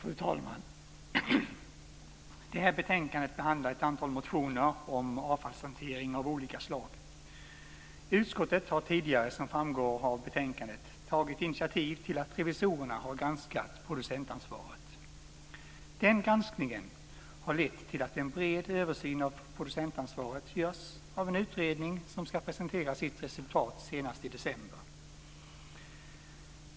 Fru talman! Det här betänkandet behandlar ett antal motioner om avfallshantering av olika slag. Utskottet har tidigare, som framgår av betänkandet, tagit initiativ till revisorernas granskning av producentansvaret. Granskningen har lett till att en bred översyn av producentansvaret görs av en utredning som ska presentera sitt resultat senast i december.